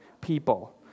people